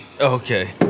Okay